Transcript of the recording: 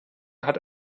hat